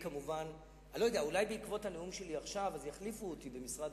אולי בעקבות הנאום שלי עכשיו יחליפו אותי ממשרד